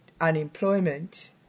unemployment